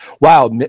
wow